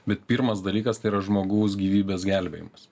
bet pirmas dalykas tai yra žmogaus gyvybės gelbėjimas